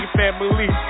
family